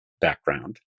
background